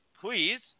please